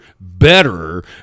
better